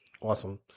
awesome